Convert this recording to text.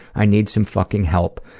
i need some fucking help,